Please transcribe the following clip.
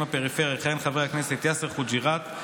בפריפריה יכהן חבר הכנסת יאסר חוג'יראת,